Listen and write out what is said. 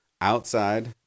outside